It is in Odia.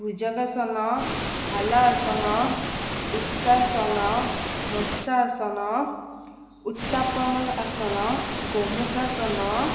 ଭୁଜଗାସନ ହାଲାଆସନ ଉତ୍ସାସନ ମତ୍ସାସନ ଉତ୍ତାପଆସନ ଗୋମୁଖାସନ